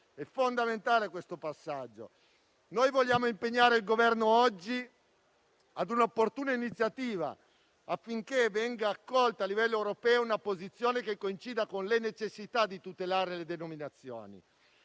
è fondamentale questo passaggio. Noi oggi vogliamo impegnare il Governo a una opportuna iniziativa, affinché venga accolta a livello europeo una posizione che coincida con la necessità di tutelare le denominazioni.